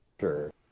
sure